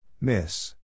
Miss